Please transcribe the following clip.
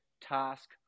task